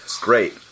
Great